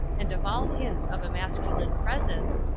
and of all hints of a masculine presence,